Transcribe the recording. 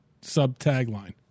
sub-tagline